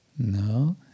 No